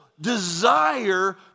desire